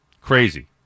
Crazy